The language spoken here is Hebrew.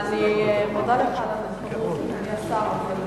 אני מודה לך על הנכונות, אדוני השר.